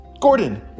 Gordon